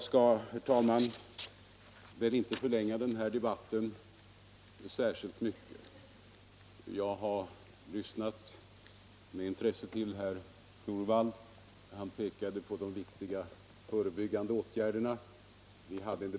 Jag skall inte, herr talman, förlänga debatten särskilt mycket. Jag har med intresse lyssnat på herr Torwald. Han pekade på de viktiga förebyggande åtgärderna.